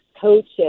coaches